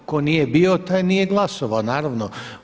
Tko nije bio taj nije glasovao, naravno.